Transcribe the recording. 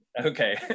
Okay